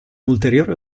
ulteriore